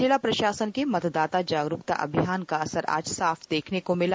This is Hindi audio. जिला प्रशासन के मतदाता जागरूकता अभियान का असर आज साफ देखने को मिला